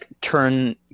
turn